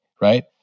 right